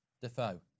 Defoe